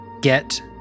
get